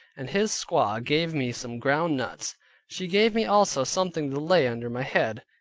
and his squaw gave me some ground nuts she gave me also something to lay under my head,